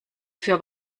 für